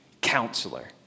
Counselor